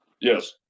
Yes